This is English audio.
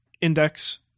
index